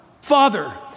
Father